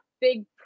big